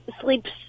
sleeps